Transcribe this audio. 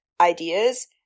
ideas